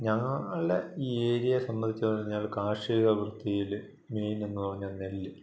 ഞങ്ങളെ ഈ ഏരിയ സംബന്ധിച്ച് പറഞ്ഞാൽ കാർഷിക വൃത്തിയിൽ മെയിനെന്ന് പറഞ്ഞാൽ നെല്ല്